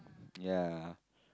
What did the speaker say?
yeah